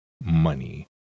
money